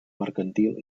mercantil